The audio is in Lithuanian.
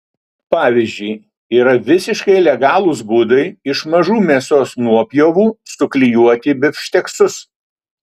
pavyzdžiui yra visiškai legalūs būdai iš mažų mėsos nuopjovų suklijuoti bifšteksus